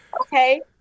Okay